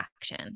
action